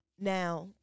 Now